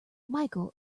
michael